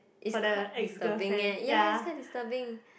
is quite disturbing eh ya it's quite disturbing